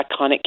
iconic